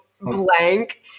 blank